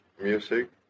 music